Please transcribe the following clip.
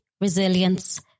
resilience